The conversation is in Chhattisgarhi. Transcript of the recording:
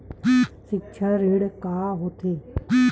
सिक्छा ऋण का होथे?